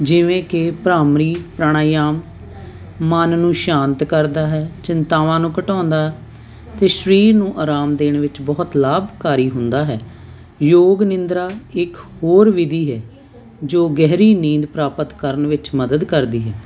ਜਿਵੇਂ ਕਿ ਭ੍ਰਾਮਰੀ ਪ੍ਰਣਾਯਾਮ ਮਨ ਨੂੰ ਸ਼ਾਂਤ ਕਰਦਾ ਹੈ ਚਿੰਤਾਵਾਂ ਨੂੰ ਘਟਾਉਂਦਾ ਤੇ ਸਰੀਰ ਨੂੰ ਆਰਾਮ ਦੇਣ ਵਿੱਚ ਬਹੁਤ ਲਾਭਕਾਰੀ ਹੁੰਦਾ ਹੈ ਯੋਗ ਨਿੰਦਰਾ ਇਕ ਹੋਰ ਵਿਧੀ ਹੈ ਜੋ ਗਹਿਰੀ ਨੀਂਦ ਪ੍ਰਾਪਤ ਕਰਨ ਵਿੱਚ ਮਦਦ ਕਰਦੀ ਹੈ